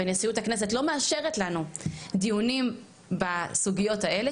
ונשיאות הכנסת לא מאשרת לנו דיונים בסוגיות האלה,